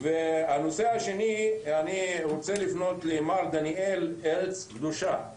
הנושא השני, אני רוצה לפנות למר דניאל ארץ קדושה.